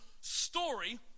story